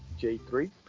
J3